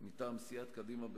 מטעם סיעת קדימה,